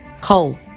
coal